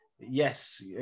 Yes